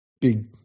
big